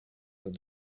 with